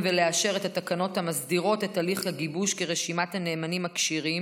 ולאשר את התקנות המסדירות את הליך הגיבוש של רשימת הנאמנים הכשירים,